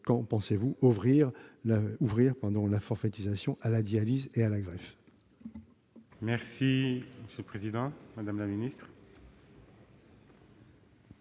quand pensez-vous ouvrir la forfaitisation à la dialyse et à la greffe ? La parole est à Mme la ministre.